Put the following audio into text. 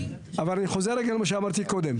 אבל, אני חוזר רגע למה שאמרתי קודם.